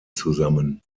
zusammen